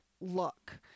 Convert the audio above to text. look